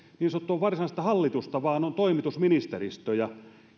niin sanottua varsinaista hallitusta vaan on toimitusministeristö ja